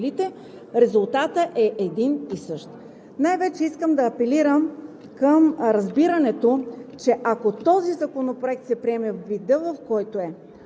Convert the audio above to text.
резултатът е един и същ. Най-вече искам да апелирам към разбирането, че ако този законопроект се приеме във вида, в който е,